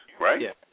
right